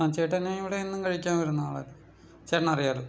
ആ ചേട്ടാ ഞാൻ ഇവിടെ എന്നും കഴിക്കാൻ വരുന്ന ആളാണ് ചേട്ടനറിയാമല്ലോ